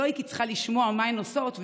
לא הייתי צריכה לשמוע מהן מה הן עושות,